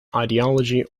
ideology